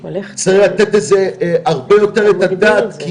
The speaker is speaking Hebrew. צריך לתת איזה הרבה יותר את הדעת,